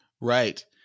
Right